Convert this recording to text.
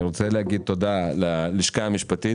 אני רוצה להגיד תודה ללשכה המשפטית,